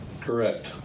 Correct